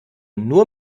nur